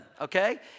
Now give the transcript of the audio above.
okay